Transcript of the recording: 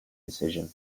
decision